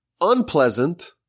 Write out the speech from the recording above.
unpleasant